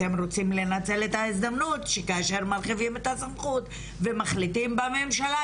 אתם רוצים לנצל את ההזדמנות שכאשר מרחיבים את הסמכות ומחליטים בממשלה,